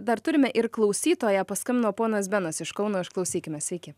dar turime ir klausytoją paskambino ponas benas iš kauno išklausykime sveiki